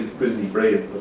grisly phrase,